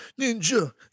Ninja